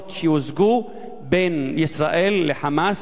מההבנות שהושגו בין ישראל ל"חמאס"